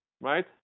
right